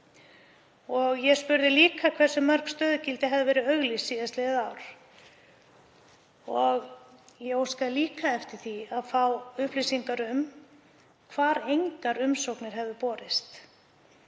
Ég spurði líka hversu mörg stöðugildi hefðu verið auglýst síðastliðið ár. Ég óskaði einnig eftir því að fá upplýsingar um hvar engar umsóknir hefðu borist.